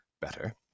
better